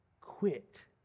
quit